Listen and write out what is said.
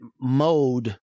mode